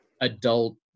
adult